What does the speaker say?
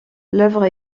l’œuvre